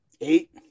eight